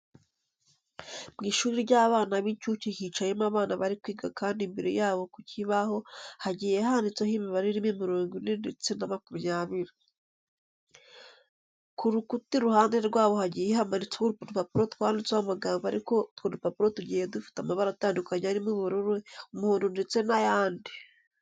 Mu ishuri ry'abana b'inshuke hicayemo abana bari kwiga kandi imbere yabo ku kibaho hagiye handitseho imibare irimo mirongo ine ndetse na makumyabiri. Ku bukuta iruhande rwabo hagiye hamanitseho udupapuro twanditseho amagambo ariko utwo dupapuro tugiye dufite amabara atandukanye arimo ubururu, umuhondo ndetse n'ayandi.